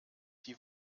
die